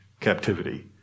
captivity